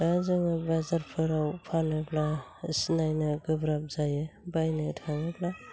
आरो जोङो बाजारफोराव फानोब्ला सिनायनो गोब्राब जायो बायनो थाङोब्ला